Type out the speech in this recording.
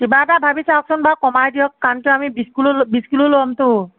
কিবা এটা ভাবি চাওকচোন বাৰু কমাই দিয়ক কাৰণ কি আমি বিশ কিলো বিশ কিলো ল'মটো